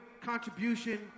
contribution